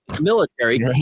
military